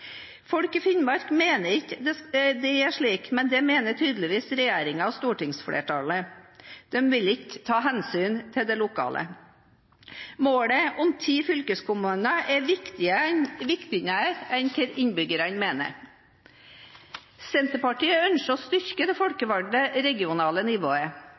Folk i Finnmark mener det ikke er slik, men det mener tydeligvis regjeringen og stortingsflertallet. De vil ikke ta hensyn til det lokale. Målet om ti fylkeskommuner er viktigere enn hva innbyggerne mener. Senterpartiet ønsker å styrke det folkevalgte regionale nivået.